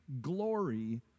glory